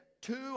two